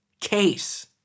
case